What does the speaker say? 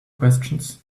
questions